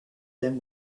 them